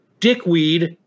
dickweed